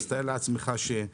אז תאר לעצמך מה עושים